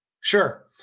Sure